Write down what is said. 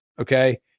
Okay